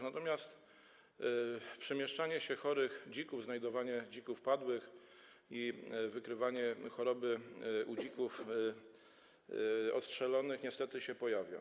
Natomiast przemieszczanie się chorych dzików, znajdowanie dzików padłych i wykrywanie choroby u dzików odstrzelonych niestety mają miejsce.